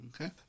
Okay